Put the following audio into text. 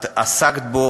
את עסקת בו,